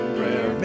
Prayer